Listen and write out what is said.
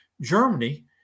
Germany